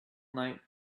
night